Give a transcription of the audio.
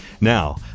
Now